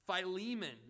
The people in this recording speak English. Philemon